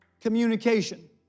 communication